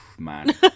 man